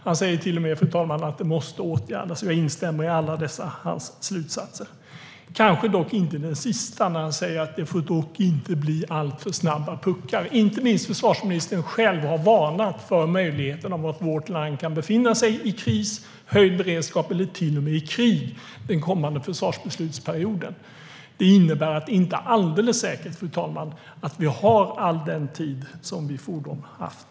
Han säger till och med, fru talman, att det måste åtgärdas. Jag instämmer i alla dessa hans slutsatser, dock kanske inte den sista, där han sa att det dock inte får bli alltför snabba puckar. Inte minst försvarsministern själv har varnat för möjligheten att vårt land kan befinna sig i kris, höjd beredskap eller till och med i krig under den kommande försvarsbeslutsperioden. Detta innebär, fru talman, att det inte är alldeles säkert att vi har all den tid som vi fordom har haft.